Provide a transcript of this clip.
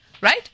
Right